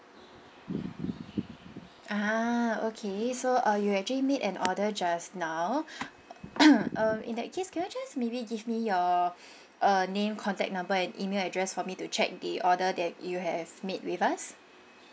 ah okay so uh you actually made an order just now um in that case can you just maybe give me your uh name contact number and email address for me to check the order that you have made with us